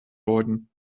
läuten